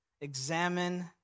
Examine